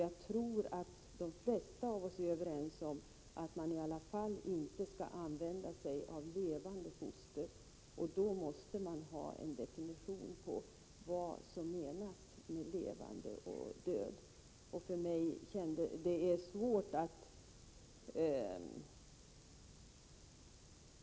Jag tror att de flesta av oss är överens om att man i alla fall inte skall använda sig av levande foster, och då måste man ha en definition på vad som menas med levande och dött.